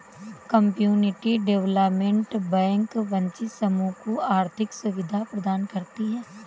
community development bank वंचित समूह को आर्थिक सुविधा प्रदान करती है